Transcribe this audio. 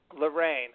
Lorraine